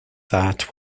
that